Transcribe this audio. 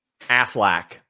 Affleck